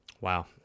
Wow